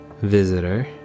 visitor